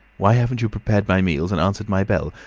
why haven't you prepared my meals and answered my bell?